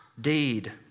deed